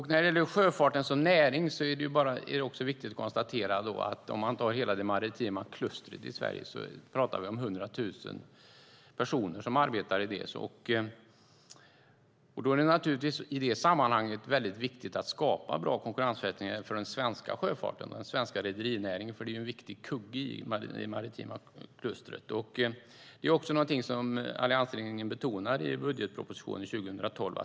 När det gäller sjöfarten som näring är det viktigt att konstatera att vi, om man tar hela det maritima klustret i Sverige, pratar om 100 000 personer som arbetar där. I det sammanhanget är det naturligtvis väldigt viktigt att skapa bra konkurrensförutsättningar för den svenska sjöfarten, den svenska rederinäringen, för det är en viktig kugge i det maritima klustret. Det är också någonting som alliansregeringen betonar i budgetpropositionen 2012.